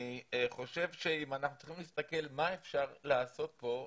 אני חושב שאם אנחנו צריכים להסתכל מה אפשר לעשות כאן,